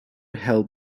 held